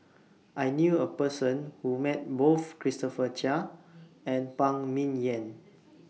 I knew A Person Who Met Both Christopher Chia and Phan Ming Yen